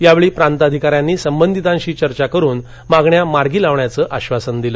यावेळी प्रांताधिकाऱ्यांनी संबंधितांशी चर्चा करुन मागण्या मार्गी लावण्याचं आश्वासन दिलं